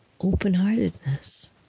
open-heartedness